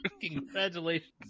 Congratulations